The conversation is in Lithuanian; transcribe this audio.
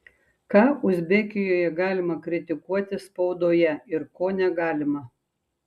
ką uzbekijoje galima kritikuoti spaudoje ir ko negalima